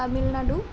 Tamil Nadu